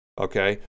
Okay